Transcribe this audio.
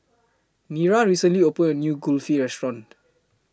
Mira recently opened A New Kulfi Restaurant